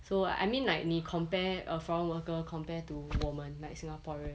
so I mean like 你 compare a foreign worker compared to 我们 like singaporean